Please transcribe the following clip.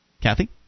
Kathy